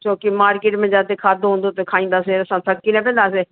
छो की मार्केट में जाते खाधो हूंदो त खाईंदासीं असां थकी न पवंदासीं